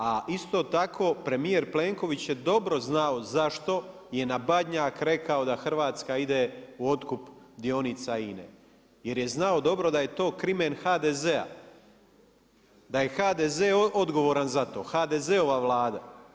A isto tako premijer Plenković je dobro znao zašto je na Badnjak rekao da Hrvatska ide u otkup dionica INA-e jer je znao dobro da je to krimen HDZ-a, da je HDZ odgovoran za to, HDZ-ova vlada.